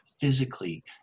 physically